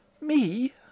Me